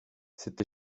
cet